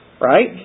right